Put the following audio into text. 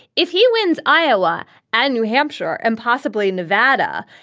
if he wins iowa and new hampshire and possibly nevada,